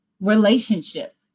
relationship